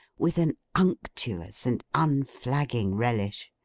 with an unctuous and unflagging relish.